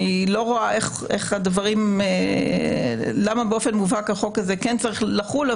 אני לא רואה למה באופן מובהק החוק הזה כן צריך לחול,